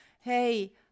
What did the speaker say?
hey